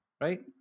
right